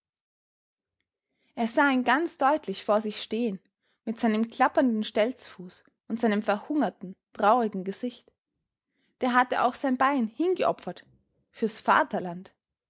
er sah ihn ganz deutlich vor sich stehen mit seinem klappernden stelzfuß und seinem verhungerten traurigen gesicht der hatte auch sein bein hingeopfert für's vaterland